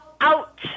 Out